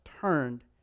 turned